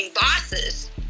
bosses